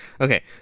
Okay